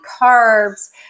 carbs